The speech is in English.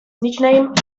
nickname